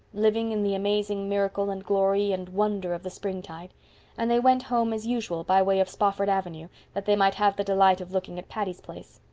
living in the amazing miracle and glory and wonder of the springtide and they went home as usual, by way of spofford avenue, that they might have the delight of looking at patty's place.